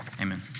Amen